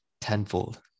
tenfold